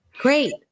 Great